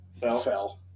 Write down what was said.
fell